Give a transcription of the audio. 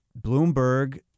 Bloomberg